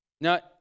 Now